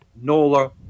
Nola